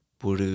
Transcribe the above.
por